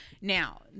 now